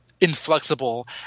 inflexible